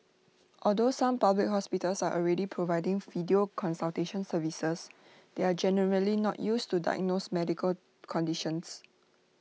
although some public hospitals are already providing video consultation services they are generally not used to diagnose medical conditions